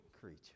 creature